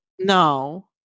No